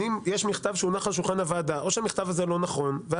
יש מכתב שהונח על שולחן הוועדה או שהמכתב הזה לא נכון.